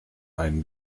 einen